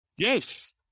Yes